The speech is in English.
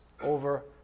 over